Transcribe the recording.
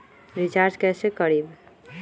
Recharge कैसे करीब?